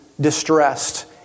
distressed